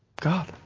God